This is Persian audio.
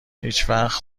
هیچوقت